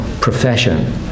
profession